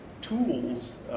tools